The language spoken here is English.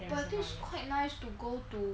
but I think should be quite nice to go to